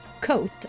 coat